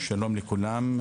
שלום לכולם.